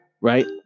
right